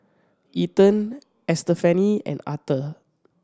Ethan Estefany and Arthur